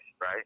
right